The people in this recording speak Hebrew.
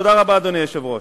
תודה רבה, אדוני היושב-ראש.